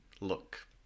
look